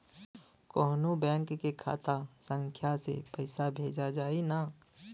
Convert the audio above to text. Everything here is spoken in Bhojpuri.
कौन्हू बैंक के खाता संख्या से पैसा भेजा जाई न?